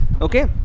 Okay